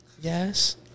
Yes